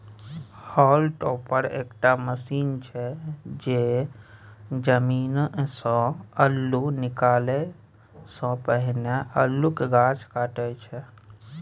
hall topper एकटा machine छै जे जमीनसँ अल्लु निकालै सँ पहिने अल्लुक गाछ काटय छै